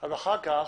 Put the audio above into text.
אבל אחר כך,